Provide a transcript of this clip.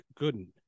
Gooden